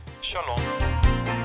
Shalom